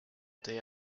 day